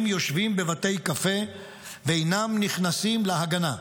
יושבים בבתי קפה ואינם נכנסים להגנה,